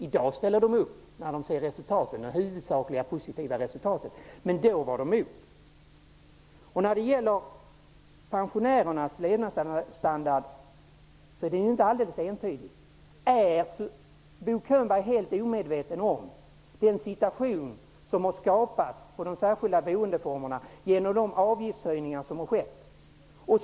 I dag ställer de upp när de ser det huvudsakligen positiva resultatet, med då var de emot. Utvecklingen vad gäller pensionärernas levnadsstandard är inte alldeles entydig. Är Bo Könberg helt omedveten om den situation som har skapats vad gäller de särskilda boendeformerna genom de avgiftshöjningar som har skett?